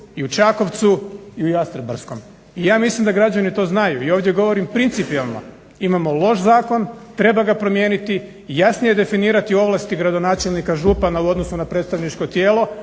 i u Čakovcu i u Jastrebarskom. I ja mislim da građani to znaju i ovdje govorim principijalno. Imamo loš zakon, treba ga promijeniti i jasnije definirati ovlasti gradonačelnika, župana, u odnosu na predstavničko tijelo.